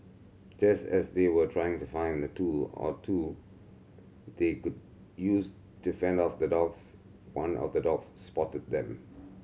just as they were trying to find a tool or two they could use to fend off the dogs one of the dogs spotted them